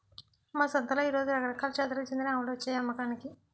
మా సంతలో ఈ రోజు రకరకాల జాతులకు చెందిన ఆవులొచ్చాయి అమ్మకానికి